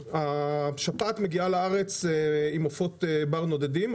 השפעת מגיעה לארץ עם עופות בר נודדים,